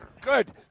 Good